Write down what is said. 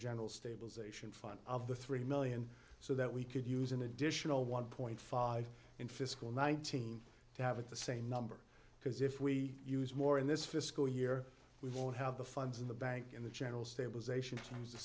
general stabilization fund of the three million so that we could use an additional one point five in fiscal nineteen to have it the same number because if we use more in this fiscal year we won't have the funds in the bank in the general stabilization times the